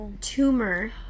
tumor